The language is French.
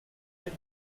ils